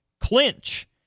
clinch